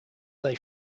they